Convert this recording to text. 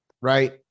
right